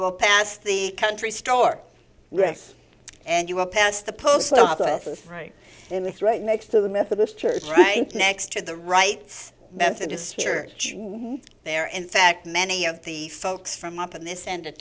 will pass the country store dress and you will pass the post office right in it's right next to the methodist church right next to the rites methodist church there in fact many of the folks from up on this end of